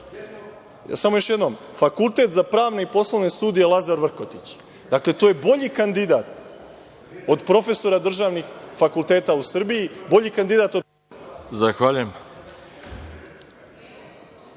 Samo još jednom, Fakultet za pravne i poslovne studije „Lazar Vrkotić“. Dakle, to je bolji kandidat od profesora državnih fakulteta u Srbiji, bolji kandidat od … **Veroljub